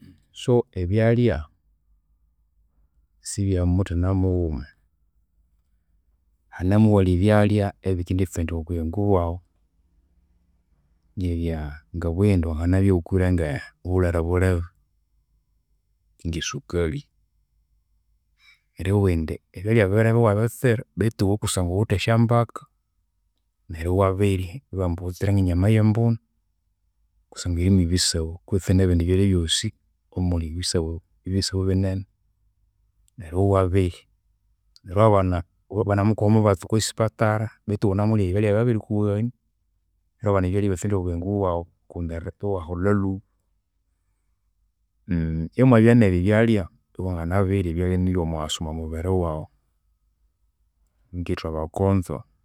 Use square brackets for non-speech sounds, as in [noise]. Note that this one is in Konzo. So, ebyalya sibyamuthina mughuma, hanemu iwalya ebyalya ebikenditsandya obuyingo bwaghu. Ngebya ngabughe indi wanganabya ighukwire ngobulhwere bulebe, ngesukali. Eribugha indi ebyalya birebe iwabitsira betu iwe kusangwa ghuwithe esyambaka, neru iwabirya. Ibabugha ambu ghitsire ngenyama eyembunu kusangwa yiri mwebisabu kutse nebindi byalya bwosi omuli ebisabu binene, neru iwabirya. Neru iwabana ibanamukuha omubatsi okwasipatara betu ighunamulya ebyalya ebyababirikughania. Neru Iwabana ebyalya ibyatsandya obuyingo bwaghu ku- neru tu iwaholha lhuba. [hesitation] Imwabya nebyalya iwanginabirya, ebyalya nibyomughasu omwaburi waghu, ngithwe abakonzo